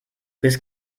bist